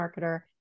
marketer